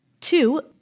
Two